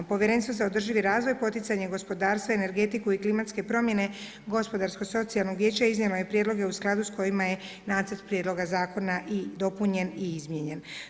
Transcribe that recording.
Povjerenstvo za održivi razvoj, poticanje gospodarstva, energetiku i klimatske promjene Gospodarskog socijalnog vijeća iznijelo je prijedloge u skladu sa kojima je Nacrt prijedloga zakona i dopunjen i izmijenjen.